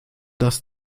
das